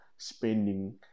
Spending